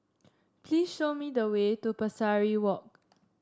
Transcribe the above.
please show me the way to Pesari Walk